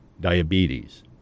diabetes